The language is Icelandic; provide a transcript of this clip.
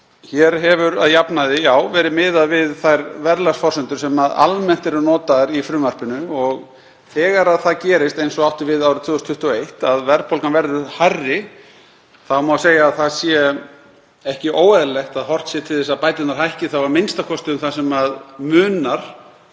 Hér hefur að jafnaði verið miðað við þær verðlagsforsendur sem almennt eru notaðar í frumvarpinu og þegar það gerist, eins og átti við árið 2021, að verðbólgan verður hærri má segja að ekki sé óeðlilegt að horft sé til þess að bæturnar hækki þá a.m.k. um það sem munar